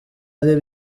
ari